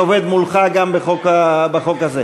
מיקי רוזנטל, רויטל סויד,